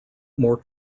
more